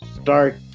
Start